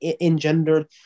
engendered